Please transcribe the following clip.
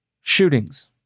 shootings